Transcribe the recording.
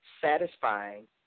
satisfying